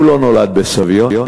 הוא לא נולד בסביון,